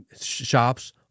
shops